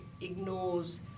ignores